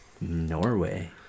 Norway